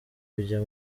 kujya